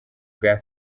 bwa